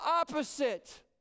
opposite